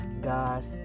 God